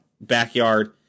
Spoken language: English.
backyard